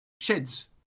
sheds